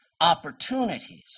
opportunities